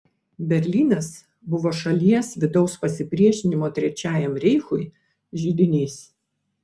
berlynas buvo šalies vidaus pasipriešinimo trečiajam reichui židinys